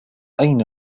أين